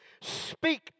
speak